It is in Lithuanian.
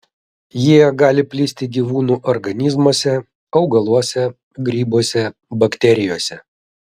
jie gali plisti gyvūnų organizmuose augaluose grybuose bakterijose